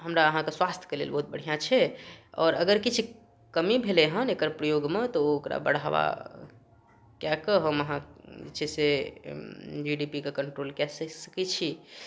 हमरा अहाँके स्वास्थ्यके लेल बहुत बढ़िआँ छै आओर अगर किछु कमी भेलैए हँ एकर प्रयोगमे तऽ ओकरा बढ़ावा कऽ कऽ हम अहाँ जे छै से जी डी पी के कण्ट्रोल कऽ सकै छी